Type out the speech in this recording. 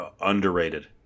Underrated